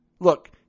Look